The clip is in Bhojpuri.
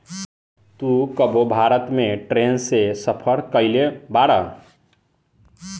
तू कबो भारत में ट्रैन से सफर कयिउल बाड़